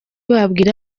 wabwira